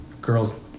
girls